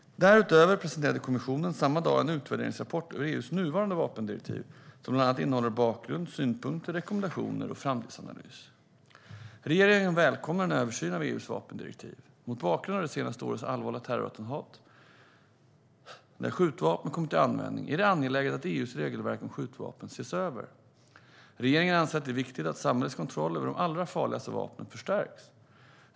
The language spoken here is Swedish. Därutöver presenterade kommissionen samma dag en utvärderingsrapport över EU:s nuvarande vapendirektiv som bland annat innehåller bakgrund, synpunkter, rekommendationer och framtidsanalys. Regeringen välkomnar en översyn av EU:s vapendirektiv. Mot bakgrund av förra årets allvarliga terrorattentat där skjutvapen kom till användning är det angeläget att EU:s regelverk om skjutvapen ses över. Regeringen anser att det är viktigt att samhällets kontroll över de allra farligaste vapnen förstärks.